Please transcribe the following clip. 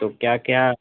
तो क्या क्या